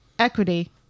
equity